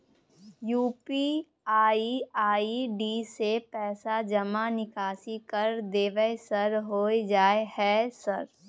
UPI ID से पैसा जमा निकासी कर देबै सर होय जाय है सर?